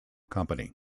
company